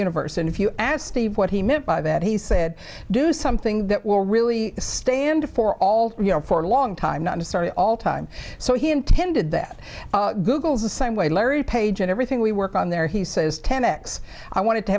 universe and if you asked steve what he meant by that he said do something that will really stand for all you know for a long time not to start it all time so he intended that google's the same way larry page and everything we work on there he says ten x i wanted to